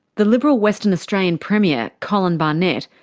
the liberal western australian premier, colin barnett,